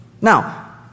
Now